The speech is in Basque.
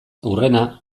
hurrena